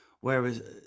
Whereas